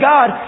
God